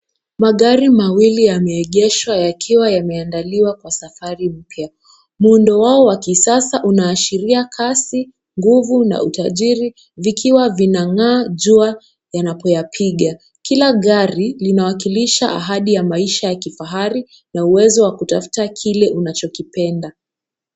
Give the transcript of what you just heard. Magari mawili yameegeshwa yakiwa yameandaliwa kwa safari mpya, muundo wao wa kisasa unaashiria kasi, nguvu na utajiri vikiwa vinang'aa jua inapoyapiga, kila gari inawakilisha ahadi ya maisha ya kifahari na uwezo wa kutafuta kile unachokipenda.